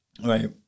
Right